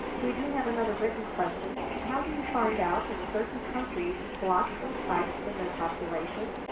we do have another written question. how do you find out if certain countries block some sites from their population?